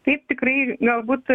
taip tikrai galbūt